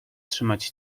trzymać